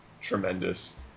tremendous